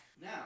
Now